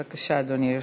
בבקשה, אדוני.